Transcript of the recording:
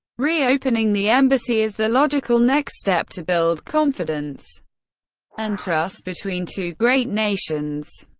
re-opening the embassy is the logical next step to build confidence and trust between two great nations.